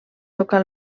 tocar